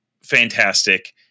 fantastic